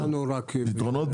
פתרונות,